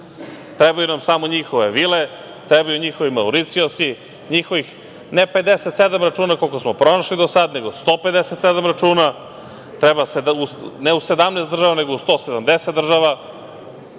Trebaju nam samo njihove vile, trebaju njihovi Mauricijusi, njihovih ne 57 računa, koliko smo pronašli do sada, nego 157 računa, treba ne u 17 država, nego u 170 država